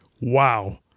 Wow